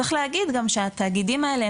צריך להגיד גם שהתאגידים האלה,